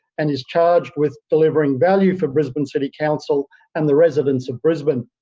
and is charged with delivering value for brisbane city council and the residents of brisbane.